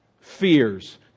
fears